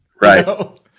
Right